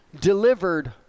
delivered